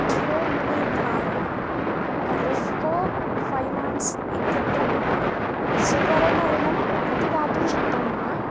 Jio money द्वारा Repco finance इत्यत्र मम सुवर्णऋणम् प्रतिदातुं शक्नोमि वा